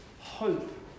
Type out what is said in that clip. hope